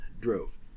drove